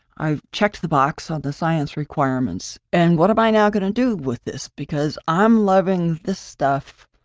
i've checked the box on the science requirements. and what am i now going to do with this? because i'm loving this stuff.